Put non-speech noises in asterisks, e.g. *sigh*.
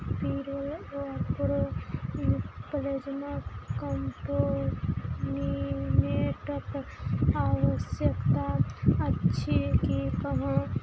*unintelligible* plasma कम्पोनेंटक आवश्यकता अछि की कहाँ